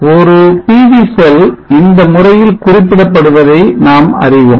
ஒரு PV cell இந்த முறையில் குறிப்பிடப்படுவதை நாம் அறிவோம்